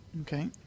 Okay